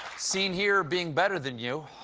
seen here being better than you.